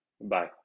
Bye